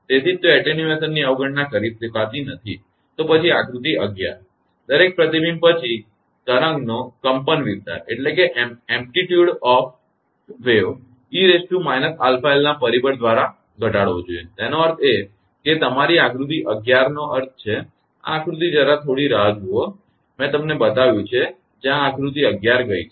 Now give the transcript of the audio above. તેથી જ તો attenuation ની અવગણના કરી શકાતી નથી તો પછી આકૃતિ 11 દરેક પ્રતિબિંબ પછી તરંગનો કંપનવિસ્તાર 𝑒−𝛼𝑙 ના પરિબળ દ્વારા ઘટાડવો જોઈએ તેનો અર્થ એ છે કે તે તમારી આકૃતિ 11 નો અર્થ છે કે આ આકૃતિ જરા થોડી રાહ જુઓ મેં તમને બતાવ્યું છે કે આ આકૃતિ જ્યાં આકૃતિ 11 ગઈ છે